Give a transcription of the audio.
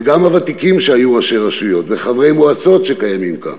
וגם הוותיקים שהיו ראשי רשויות וחברי מועצות שקיימים כאן,